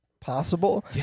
Possible